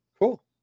cool